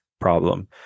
problem